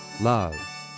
love